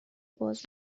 باز